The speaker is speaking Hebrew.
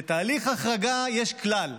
לתהליך החרגה יש כלל: